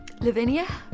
Lavinia